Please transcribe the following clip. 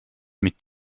mit